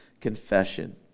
confession